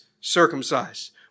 circumcised